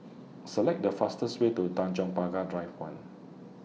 Select The fastest Way to Tanjong Pagar Drive one